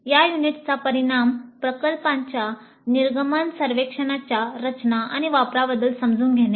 या युनिटचा परिणाम प्रकल्पाच्या निर्गमन सर्वेक्षणांच्या रचना आणि वापराबद्दल समजून घेणे